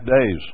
days